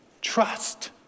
trust